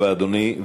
תודה רבה, אדוני.